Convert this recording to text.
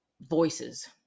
voices